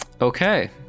Okay